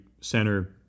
center